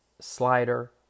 slider